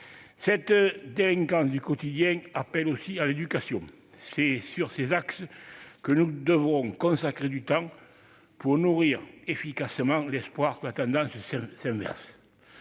Cette délinquance du quotidien est aussi un appel à l'éducation. Tels sont les axes auxquels nous devons consacrer du temps pour nourrir efficacement l'espoir que la tendance s'inverse.